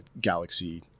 galaxy